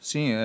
Sim